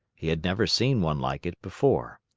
he had never seen one like it before.